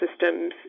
systems